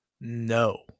No